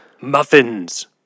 Muffins